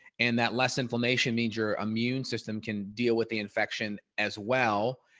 and that less inflammation means your immune system can deal with the infection as well.